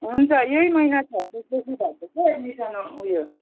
हुन्छ यही महिना छब्बीसदेखि भन्दै थियो एडमिसन उयो